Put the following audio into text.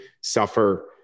suffer